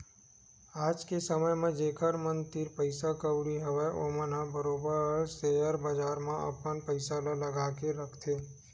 आज के समे म जेखर मन तीर पइसा कउड़ी हवय ओमन ह बरोबर सेयर बजार म अपन पइसा ल लगा के रखथे